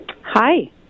Hi